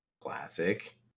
classic